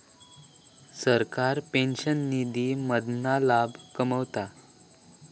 सरकार पेंशन निधी मधना लाभ कमवता